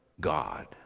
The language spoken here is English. God